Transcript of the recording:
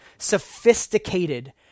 sophisticated